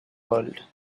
world